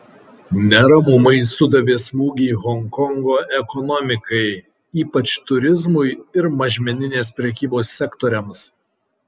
neramumai sudavė smūgį honkongo ekonomikai ypač turizmui ir mažmeninės prekybos sektoriams